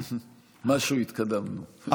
במשהו התקדמנו.